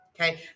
Okay